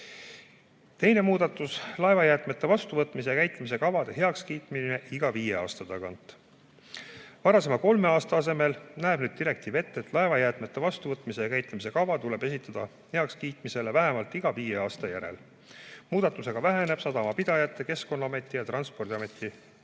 Teine muudatus, laevajäätmete vastuvõtmise ja käitlemise kavade heakskiitmine iga viie aasta tagant. Varasema kolme aasta asemel näeb direktiiv nüüd ette, et laevajäätmete vastuvõtmise ja käitlemise kava tuleb esitada heakskiitmiseks vähemalt iga viie aasta järel. Muudatusega väheneb sadamapidajate, Keskkonnaameti ja Transpordiameti töökoormus.